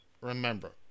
Remember